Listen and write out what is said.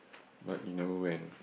what you never went